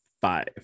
five